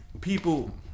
people